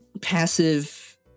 passive